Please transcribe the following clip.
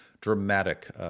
dramatic